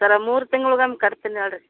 ಸರ್ರ ಮೂರು ತಿಂಗ್ಳಿಗೊಂದು ಕಟ್ತೀನಿ ಹೇಳ್ರಿ